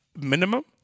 Minimum